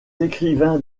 écrivains